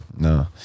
No